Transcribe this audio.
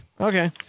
Okay